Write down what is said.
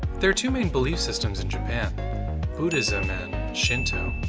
there are two main belief systems in japan buddhism and shinto.